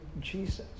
Jesus